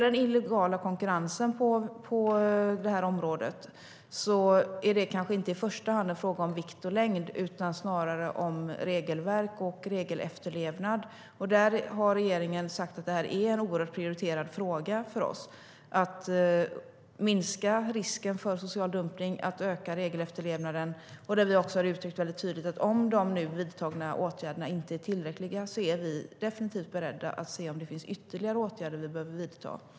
Den illegala konkurrensen på det här området är kanske inte i första hand en fråga om vikt och längd utan snarare en fråga om regelverk och regelefterlevnad. Regeringen har sagt att det är mycket prioriterat för oss att minska risken för social dumpning och öka regelefterlevnaden. Vi har också tydligt uttryckt att om de nu vidtagna åtgärderna inte är tillräckliga är vi definitivt beredda att se om det finns ytterligare åtgärder som vi behöver vidta.